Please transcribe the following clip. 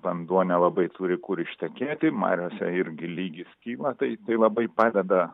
vanduo nelabai turi kur ištekėti mariose irgi lygis kyla tai tai labai padeda